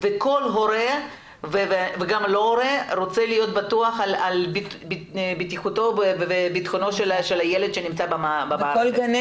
וכל הורה רוצה להיות בטוח בבטיחותו ובביטחונו של הילד שנמצא במערכת.